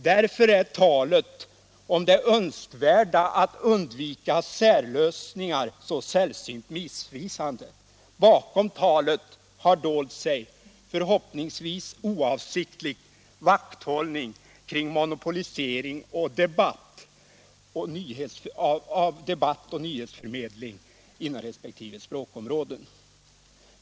Därför är talet om det önskvärda i att undvika särlösningar så sällsynt missvisande. Bakom talet har dolt sig — förhoppningsvis oavsiktligt — vakthållning kring monopolisering av debatt och nyhetsförmedling inom resp. språkområden.